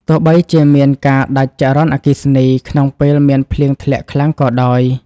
ទោះបីជាមានការដាច់ចរន្តអគ្គិសនីក្នុងពេលមានភ្លៀងធ្លាក់ខ្លាំងក៏ដោយ។